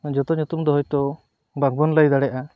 ᱡᱚᱛᱚ ᱧᱩᱛᱩᱢ ᱫᱚ ᱦᱚᱭᱛᱚ ᱵᱟᱵᱚᱱ ᱞᱟᱹᱭ ᱫᱟᱲᱮᱭᱟᱜᱼᱟ